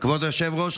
כבוד היושב-ראש,